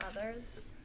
others